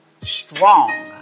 strong